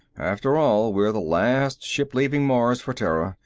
after all, we're the last ship leaving mars for terra.